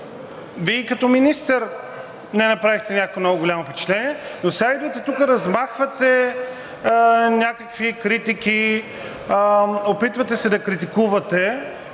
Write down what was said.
Вие и като министър не направихте някакво много голямо впечатление, но сега идвате тук, размахвате някакви критики, опитвате се да критикувате.